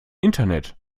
internet